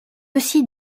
aussi